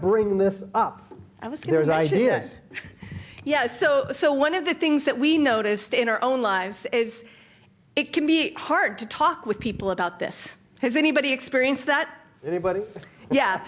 bring this up i was curious i did yeah so so one of the things that we noticed in our own lives is it can be hard to talk with people about this has anybody experience that anybody yeah